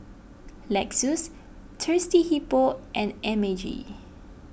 Lexus Thirsty Hippo and M A G